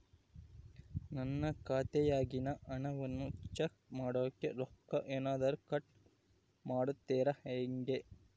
ನನ್ನ ಖಾತೆಯಾಗಿನ ಹಣವನ್ನು ಚೆಕ್ ಮಾಡೋಕೆ ರೊಕ್ಕ ಏನಾದರೂ ಕಟ್ ಮಾಡುತ್ತೇರಾ ಹೆಂಗೆ?